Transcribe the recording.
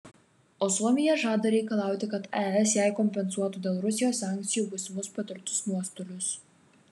o suomija žada reikalauti kad es jai kompensuotų dėl rusijos sankcijų būsimus patirtus nuostolius